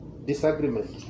Disagreement